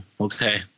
okay